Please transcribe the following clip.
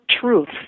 truth